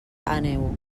àneu